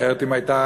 אחרת היא הייתה,